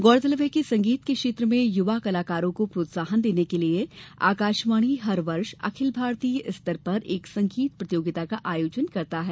गौरतलब है कि संगीत के क्षेत्र में युवा कलाकारों को प्रोत्साहन देने के लिये आकाशवाणी हर वर्ष अखिल भारतीय स्तर पर एक संगीत प्रतियोगिता का आयोजन करता है